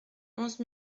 onze